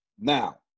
Now